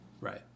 Right